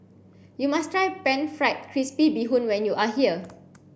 you must try pan fried crispy bee hoon when you are here